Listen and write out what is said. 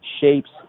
shapes